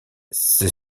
c’est